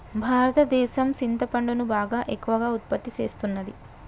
భారతదేసం సింతపండును బాగా ఎక్కువగా ఉత్పత్తి సేస్తున్నది